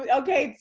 ok, tiff,